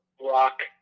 rock